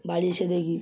বাড়ি এসে দেখি